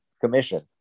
commission